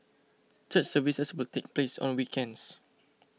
church services will take place on weekends